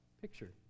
picture